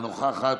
אינה נוכחת,